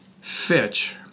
Fitch